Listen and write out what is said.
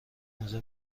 موزه